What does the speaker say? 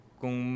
kung